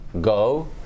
go